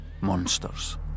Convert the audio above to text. Monsters